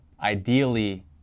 Ideally